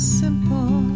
simple